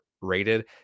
rated